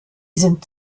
sind